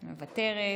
מוותרת.